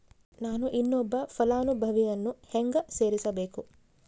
ನಾನು ಇನ್ನೊಬ್ಬ ಫಲಾನುಭವಿಯನ್ನು ಹೆಂಗ ಸೇರಿಸಬೇಕು?